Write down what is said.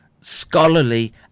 scholarly